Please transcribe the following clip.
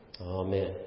Amen